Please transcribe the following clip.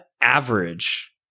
average